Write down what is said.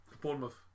Bournemouth